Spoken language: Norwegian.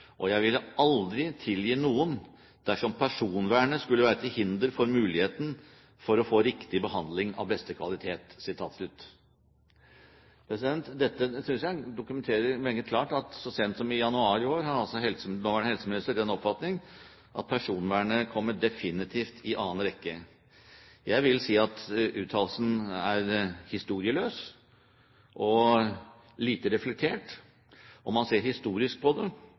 Og jeg ville aldri tilgi noen dersom personvernet skulle være til hinder for muligheten for å få riktig behandling av beste kvalitet.» Dette synes jeg dokumenterer meget klart at så sent som i januar i år har altså nåværende helseminister den oppfatning at personvernet definitivt kommer i annen rekke. Jeg vil si at uttalelsen er historieløs og lite reflektert. Om man ser historisk på det,